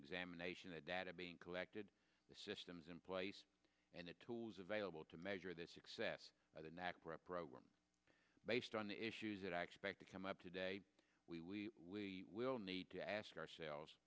examination the data being collected the systems in place and the tools available to measure the success of the knack for a program based on the issues that i expect to come up today we will need to ask ourselves